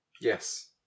Yes